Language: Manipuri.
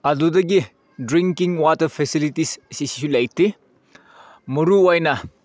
ꯑꯗꯨꯗꯒꯤ ꯗ꯭ꯔꯤꯡꯀꯤꯡ ꯋꯥꯇꯔ ꯐꯦꯁꯤꯂꯤꯇꯤꯁ ꯑꯁꯤꯁꯤꯁꯨ ꯂꯩꯇꯦ ꯃꯔꯨ ꯑꯣꯏꯅ